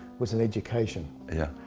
was an education. yeah.